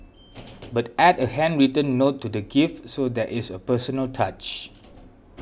but add a handwritten note to the gift so there is a personal touch